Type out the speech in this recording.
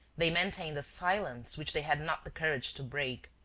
they maintained a silence which they had not the courage to break.